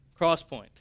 Crosspoint